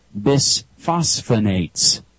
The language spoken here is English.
bisphosphonates